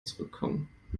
zurückkommen